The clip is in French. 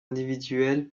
individuelles